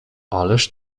ależ